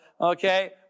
Okay